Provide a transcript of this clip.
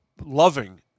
loving